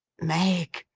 meg,